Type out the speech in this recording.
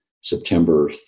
September